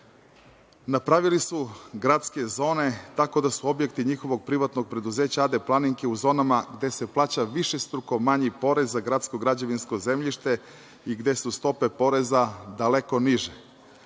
Napravili su gradske zone, tako da su objekti njihovog privatnog preduzeća AD „Planinke“ u zonama gde se plaća višestruko manji porez za gradsko građevinsko zemljište i gde su stope poreza daleko niže.